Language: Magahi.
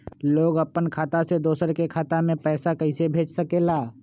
लोग अपन खाता से दोसर के खाता में पैसा कइसे भेज सकेला?